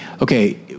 okay